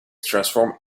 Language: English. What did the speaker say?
transform